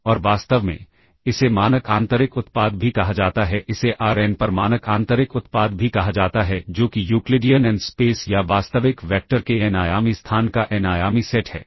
और वास्तव में इसे मानक आंतरिक उत्पाद भी कहा जाता है इसे आर एन पर मानक आंतरिक उत्पाद भी कहा जाता है जो कि यूक्लिडियन एन स्पेस या वास्तविक वैक्टर के एन आयामी स्थान का एन आयामी सेट है